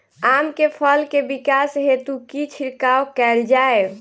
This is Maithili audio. आम केँ फल केँ विकास हेतु की छिड़काव कैल जाए?